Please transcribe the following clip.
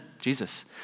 Jesus